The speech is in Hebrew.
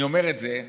אני אומר את זה,